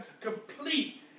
complete